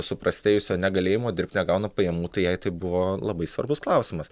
suprastėjusio negalėjimo dirbti negauna pajamų tai jai tai buvo labai svarbus klausimas